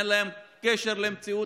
שאין להם קשר למציאות,